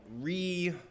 Re